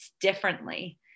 differently